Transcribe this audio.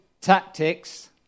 tactics